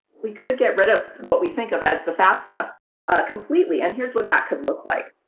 we could get rid of what we think of as the fafsa completely. and here's what that could look like.